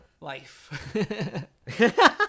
life